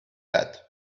that